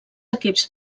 equips